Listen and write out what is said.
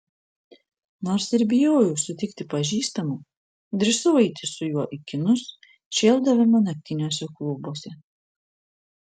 nors ir bijojau sutikti pažįstamų drįsau eiti su juo į kinus šėldavome naktiniuose klubuose